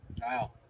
Wow